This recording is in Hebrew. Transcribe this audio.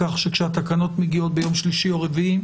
כך כשהתקנות מגיעות ביום שלישי או רביעי,